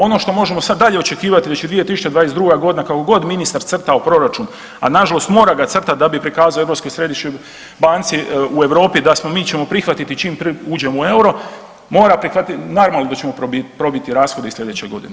Ono što možemo sad dalje očekivati da će 2022. godina kako god ministar crtao proračun, a na žalost mora ga crtati da bi prikazao Europskoj središnjoj banci u Europi da mi ćemo prihvatiti čim uđemo u euro mora prihvatiti, naravno da ćemo probiti rashode i sljedeće godine.